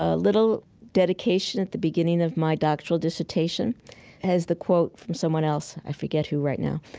ah little dedication at the beginning of my doctoral dissertation has the quote from someone else, i forget who right now,